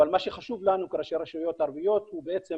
אבל מה שחשוב לנו כראשי רשויות ערביות הוא בעצם